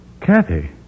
Kathy